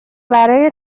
برای